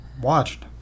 watched